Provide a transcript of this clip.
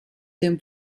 dem